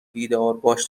بیدارباش